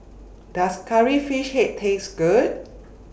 Does Curry Fish Head Taste Good